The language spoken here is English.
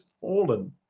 fallen